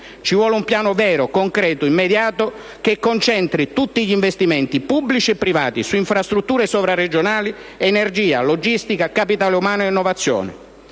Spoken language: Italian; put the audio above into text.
Ci vuole un piano vero, concreto, immediato che concentri tutti gli investimenti pubblici e privati su infrastrutture sovraregionali energia, logistica, capitale umano e innovazione.